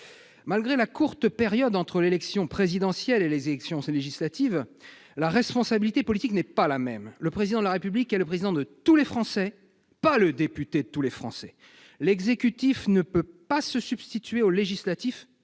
Malgré la courte période entre l'élection présidentielle et les élections législatives, la responsabilité politique n'est pas la même. Le Président de la République est le Président de tous les Français, pas le député de tous les Français. L'exécutif ne peut pas se substituer au législatif,